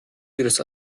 ihres